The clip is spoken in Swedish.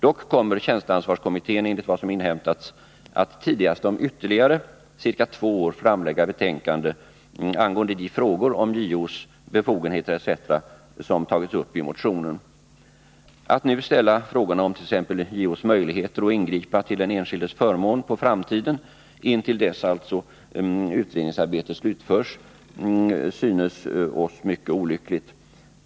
Dock kommer tjänsteansvarskommittén enligt vad som inhämtats att tidigast om ytterligare ca två år framlägga betänkande angående de frågor om JO:s befogenheter etc. som tagits upp i motionen. Att nu ställa frågorna om t.ex. JO:s möjligheter att ingripa till den enskildes förmån på framtiden intill dess utredningsarbetet alltså slutförts synes oss mycket olyckligt.